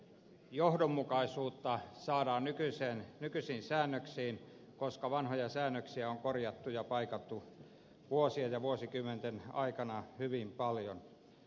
sillä saadaan johdonmukaisuutta nykyisiin säännöksiin koska vanhoja säännöksiä on korjattu ja paikattu vuosien ja vuosikymmenten aikana hyvin paljon